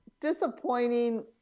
disappointing